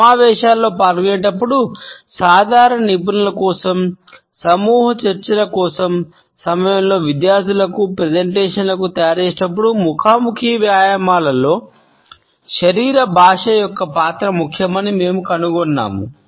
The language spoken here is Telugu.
సమావేశాలలో పాల్గొనేటప్పుడు సాధారణ నిపుణుల కోసం సమూహ చర్చల తయారుచేసేటప్పుడు ముఖాముఖి వ్యాయామాలలో శరీర భాష యొక్క పాత్ర ముఖ్యమని మేము కనుగొన్నాము